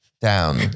down